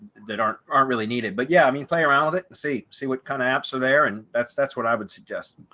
that aren't aren't really needed. but yeah, i mean, play around with, see see what kind of apps are there? and that's that's what i would suggest.